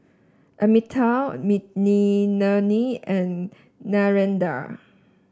Amitabh Makineni and Narendra